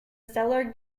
stellar